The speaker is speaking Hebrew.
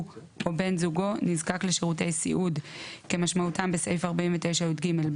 או בן זוגו נזקק לשירותי סיעוד כמשמעותם בסעיף 49יג(ב),